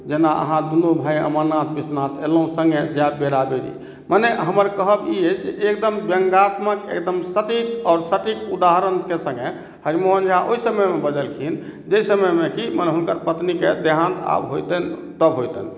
जेना अहाँ दुनू भाई अमरनाथ विश्वनाथ एलहुँ सङ्गे जायब बेराबेरी मने हमर कहब ई अछि जे एकदम व्यङ्गात्मक एकदम सटीक आओर सटीक उदाहरणकेँ सङ्गे हरिमोहन झा ओहि समयमे बजलखिन जाहि समयमे कि हुनकर पत्नीके देहान्त आब होइतनि तब होइतनि